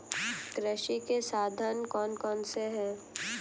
कृषि के साधन कौन कौन से हैं?